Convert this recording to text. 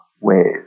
ways